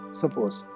suppose